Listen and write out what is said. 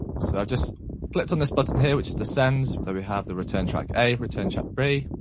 so i've just clicked on this button here which is the sends. there we have the return track a, return track b.